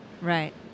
Right